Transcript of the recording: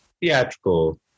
theatrical